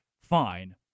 fine